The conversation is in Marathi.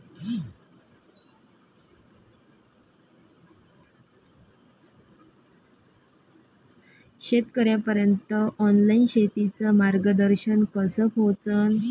शेतकर्याइपर्यंत ऑनलाईन शेतीचं मार्गदर्शन कस पोहोचन?